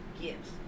Gifts